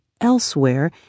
elsewhere